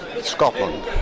Scotland